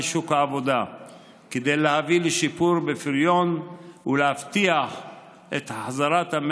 אבל לא מבטיח הישארות של העסקה,